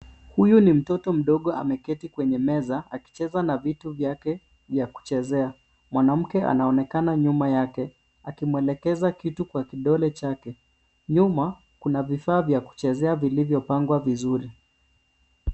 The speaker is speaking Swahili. Huyu ni mtoto mdogo ameketi kwenye meza akicheza na vitu vyake vya kuchezea. Mwanamke anaonekana nyuma yake akimwelekeza kitu kwa kidole chake. Nyuma, kuna vifaa vya kuchezea vilivyopangwa vizuri.